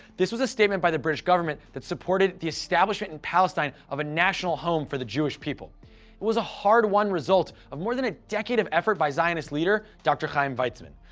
this was a statement by the british government that supported the establishment in palestine of a national home for the jewish people. it was a hard-won result of more then a decade of effort by zionist leader, dr. chaim weizmann.